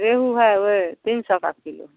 रोहू है वह तीन सौ का किलो है